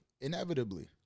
inevitably